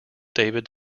david